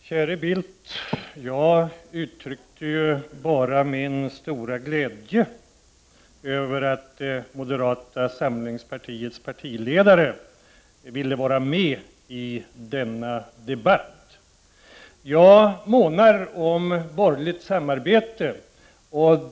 Herr talman! Käre Bildt! Jag uttryckte bara min stora glädje över att moderata samlingspartiets partiledare ville vara med i denna debatt. Jag månar om borgerligt samarbete.